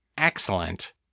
Excellent